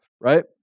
right